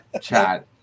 chat